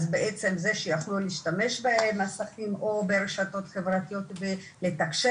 אז בעצם זה שיכלו להשתמש במסכים או ברשתות חברתיות ולתקשר